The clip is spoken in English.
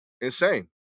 Insane